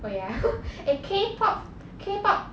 oh ya eh K pop K pop